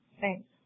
Thanks